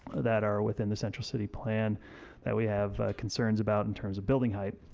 that are within the central city plan that we have concerns about in terms of building height.